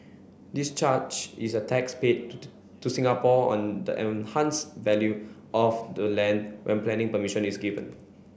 this charge is a tax paid to Singapore on the enhance value of the land when planning permission is given